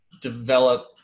develop